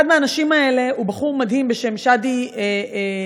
אחד האנשים האלה הוא בחור מדהים בשם שאדי קיס,